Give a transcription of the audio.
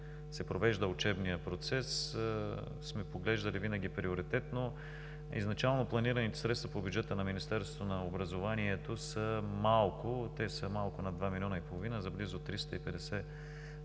се провежда учебният процес, сме поглеждали винаги приоритетно. Изначално планираните средства по бюджета на Министерството на образованието са малко. Те са малко над два милиона и половина за близо 350